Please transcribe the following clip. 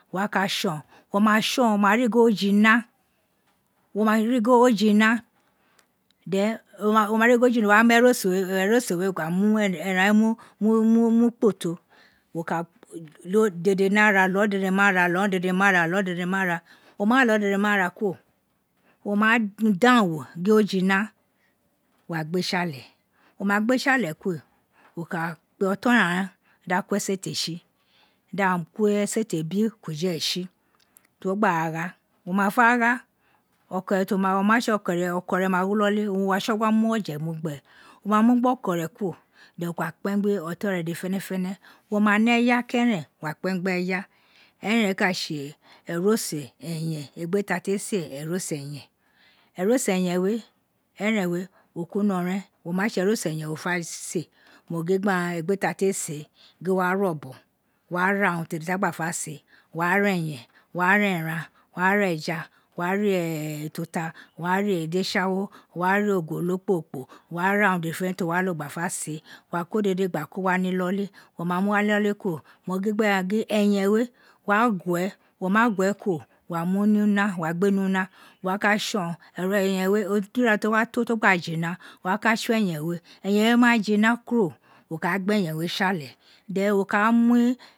Wo wa ka tsọn, wo ma tsọn wo ma ri gin o jina than o ma ri gin it ẹroso wei wo ka mu ẹran we mu kpoto, wo ka le dede na ra, lọ dede ma ra, lọ dede ma ra, lọ dede ma ara karo, wo ma dangho gin o jina, wo ka gbe toi alẹ wo ma gbe tsi alẹ kuro, wo ka kpe otọn re ghan re di aghan kọ esete tsi, di aghan ko esete loli ukujẹre tsi ti wo gba a gha, wo ma fe gha okoré ma wi iloli owun wo wa tso gha mu ọgẹ mu gbe, wo ma mu gbe oko re kuro then wo ka kpẹn gbi ọtọn re dede fẹnẹfẹnẹ, wo ma nẹ ẹya kẹrẹn wo ka kpạn gbẹ ẹya eghan ka tse ẹroso ẹyạn egbe ti a te se eroso ẹyạn, eroso ẹyạn ẹghan ka tse eroso ẹyạn egbe ti a te se eroso ẹyạn, eroso ẹyạn wé eren we o kuri inoron rẹn, o ma tse eroso ẹyạn wo ta se, mo gin gbe agha rẹn egbe ti a te se, gin wọ wá ee ọbọn wo wa ra urun dede ta gba fa se, wo wa ra ejȧ, wo wa ra ẹja, wo wa ra ututa, wo wa ra idé tsaghoro, wo wá rá ogolo kporokporo, wo wa ra urun dede fẹnefenẹ ti wó wá ló gbá fé se, wo wa ko dede gba ko wa nu ilali, o ma mel wa ni iloli kuro, mo gin gbe aghan gin ẹyan we, wo wa guẹ wo ma gue kuro, wo wa mu ni una, wa gbe ni una, wo wa ka tsọn, ẹyạn we ọ twira to wa to to gba a jina, wo wa ka tsọn ėyan we ẹyạn, we ma jina kuro, wo ka a gbe ẹyạn wé tsi alẹ, then wo ka mu